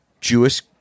Jewish